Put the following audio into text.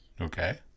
Okay